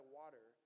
water